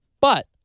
but-